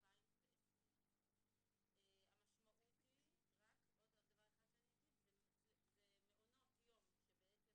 2020. המשמעות היא: עונות יום שבעצם